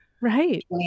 right